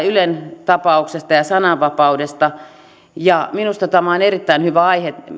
ylen tapauksesta ja sananvapaudesta minusta tämä on erittäin hyvä aihe